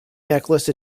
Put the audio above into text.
necklace